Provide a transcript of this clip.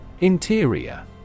Interior